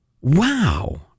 Wow